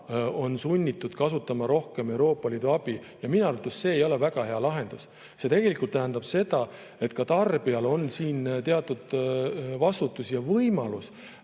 on sunnitud kasutama rohkem Euroopa Liidu abi. Minu arvates ei ole see väga hea lahendus. See tähendab seda, et ka tarbijal on siin teatud vastutus ja võimalus